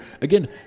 again